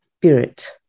spirit